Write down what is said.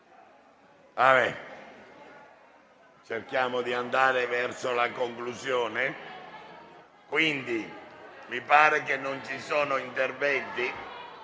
Cerchiamo di andare verso la conclusione. Mi pare che non ci siano altri interventi.